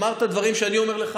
אמרת דברים שאני אומר לך,